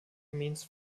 means